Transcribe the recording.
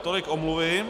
Tolik omluvy.